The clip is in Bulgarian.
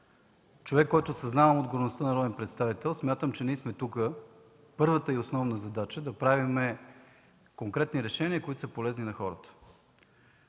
човек, който съзнава отговорността на народен представител, смятам, че ние сме тук с първата и основна задача да правим конкретни решения, които са полезни на хората.